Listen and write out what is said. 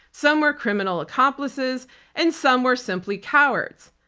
some were criminal accomplices and some were simply cowards.